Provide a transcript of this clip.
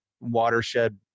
watershed